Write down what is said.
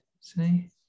See